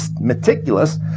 meticulous